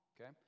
Okay